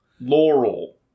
Laurel